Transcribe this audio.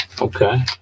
Okay